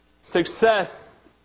Success